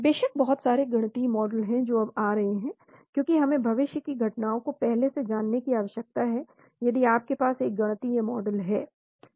बेशक बहुत सारे गणितीय मॉडल हैं जो अब आ रहे हैं क्योंकि हमें भविष्य की घटनाओं को पहले से जानने की आवश्यकता है यदि आपके पास एक गणितीय मॉडल है